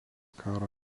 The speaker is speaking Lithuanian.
karo